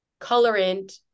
colorant